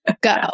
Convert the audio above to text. go